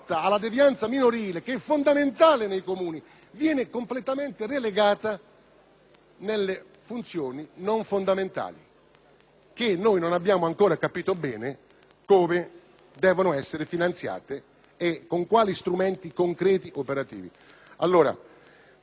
che non abbiamo ancora capito bene come devono essere finanziate e con quali strumenti concreti ed operativi.